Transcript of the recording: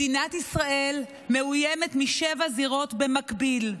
מדינת ישראל מאוימת משבע זירות במקביל,